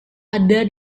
ada